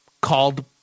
called